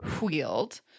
wheeled